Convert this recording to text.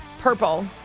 Purple